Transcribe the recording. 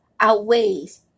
outweighs